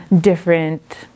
different